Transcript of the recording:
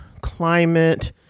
climate